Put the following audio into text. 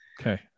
Okay